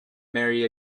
marry